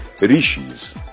Rishis